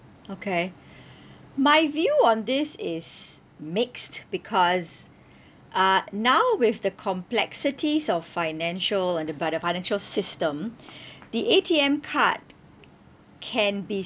okay my view on this is mixed because uh now with the complexities of financial and uh by the financial system the A_T_M card can be